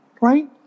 Right